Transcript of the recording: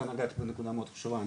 אתה נגעת בנקודה מאוד חשובה,